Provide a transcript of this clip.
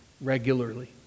regularly